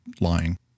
lying